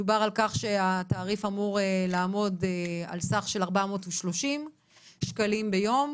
דובר על כך שהתעריף אמור לעמוד על סף של 430 שקלים ביום,